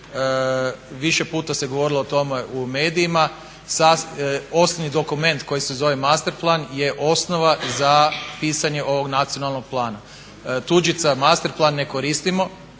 Više puta se govorilo o tome u medijima. Osnovni dokument koji se zove masterplan je osnova za pisanje ovog Nacionalnog plana. Tuđicu masterplan ne koristimo